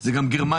זה גם גרמניה,